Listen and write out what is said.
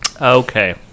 okay